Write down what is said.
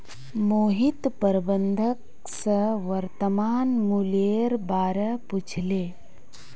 मोहित प्रबंधक स वर्तमान मूलयेर बा र पूछले